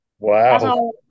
Wow